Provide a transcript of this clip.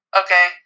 okay